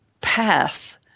path